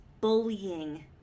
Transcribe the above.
bullying